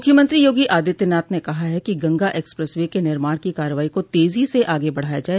मुख्यमंत्री योगी आदित्यनाथ ने कहा है कि गंगा एक्सप्रेस वे के निर्माण के कार्यवाही को तेजी से आगे बढ़ाया जाये